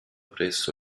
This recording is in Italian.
presso